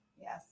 Yes